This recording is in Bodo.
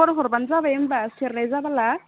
फन हरब्लानो जाबाय होमब्ला सेरनाय जाबोला